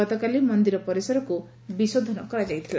ଗତକାଲି ମନ୍ଦିର ପରିସରକୁ ବିଶୋଧନ କରାଯାଇଛି